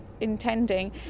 intending